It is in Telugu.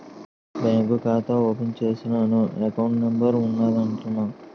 బ్యాంకు ఖాతా ఓపెన్ చేసినాను ఎకౌంట్ నెంబర్ ఉన్నాద్దాన్ల